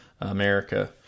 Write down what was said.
america